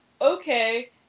okay